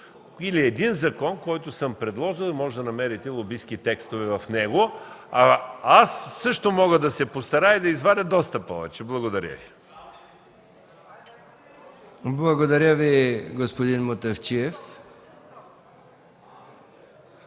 или един закон, който съм предложил и можете да намерите лобистки текстове в него. Аз също мога да се постарая и да извадя доста повече. Благодаря Ви. (Шум и реплики